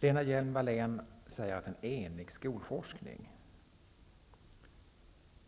Lena Hjelm-Wallén säger att man i skolforskningen